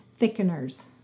thickeners